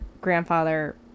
grandfather